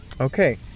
Okay